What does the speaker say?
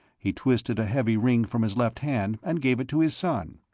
he twisted a heavy ring from his left hand and gave it to his son.